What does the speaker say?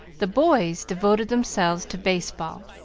the boys devoted themselves to baseball,